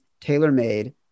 tailor-made